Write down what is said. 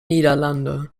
niederlande